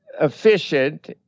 efficient